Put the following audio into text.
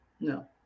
No